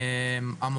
לפחות בבית הספר שלי,